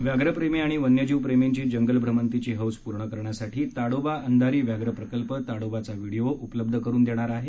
व्याघ प्रेमी आणि वन्यजीव प्रेमींची जंगल भ्रमंतीची हौस पूर्ण करण्यासाठी ताडोबा अंधारी व्याघ्र प्रकल्प ताडोबाचा व्हिडीओ उपलब्ध करुन देणार आहे